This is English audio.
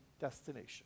destination